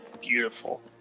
Beautiful